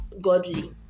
godly